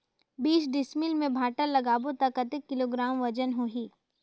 बीस डिसमिल मे भांटा लगाबो ता कतेक किलोग्राम वजन होही?